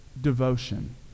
devotion